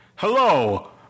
Hello